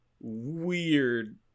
weird